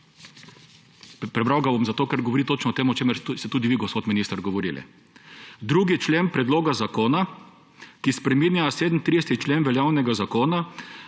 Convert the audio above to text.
Prebral ga bom zato, ker govori točno o tem, o čemer ste tudi vi gospod minister govorili. »2. člen predloga zakona, ki spreminja 37. člen veljavnega zakona,